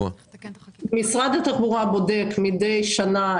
משרד התחבורה בודק מידי שנה,